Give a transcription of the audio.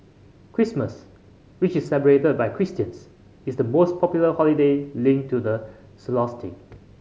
Christmas which is celebrated by Christians is the most popular holiday linked to the solstice